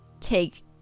take